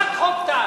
ברק הביא את חוק טל.